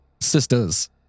Sisters